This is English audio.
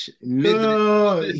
No